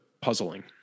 puzzling